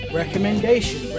recommendation